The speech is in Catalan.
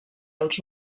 els